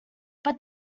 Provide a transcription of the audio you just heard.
but